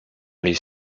les